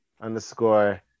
underscore